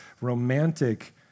romantic